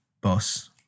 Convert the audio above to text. boss